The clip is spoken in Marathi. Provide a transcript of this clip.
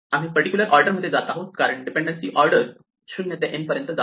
आम्ही पर्टिक्युलर ऑर्डर मध्ये जात आहोत कारण डिपेंडेन्सी ऑर्डर 0 ते n पर्यंत जातो